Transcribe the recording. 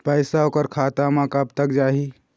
पैसा ओकर खाता म कब तक जाही?